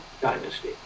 dynasty